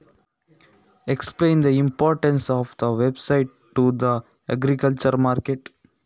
ಕೃಷಿ ಮಾರುಕಟ್ಟೆಗೆ ಜಾಲತಾಣ ಯಾವುದೆಲ್ಲ ಉಂಟು ತಿಳಿಸಿ